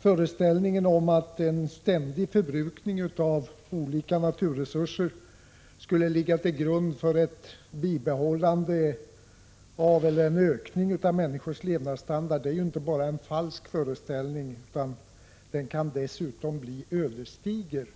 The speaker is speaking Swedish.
Föreställningen att en ständigt ökande förbrukning av olika naturresurser skulle ligga till grund för ett bibehållande eller en ökning av människornas levnadsstandard är inte bara falsk utan kan dessutom bli ödesdiger